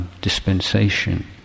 dispensation